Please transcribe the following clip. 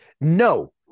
no